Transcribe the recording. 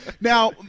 Now